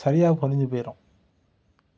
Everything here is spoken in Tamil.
சரியாக பதிஞ்சு போயிடும்